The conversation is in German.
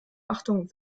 achtung